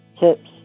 tips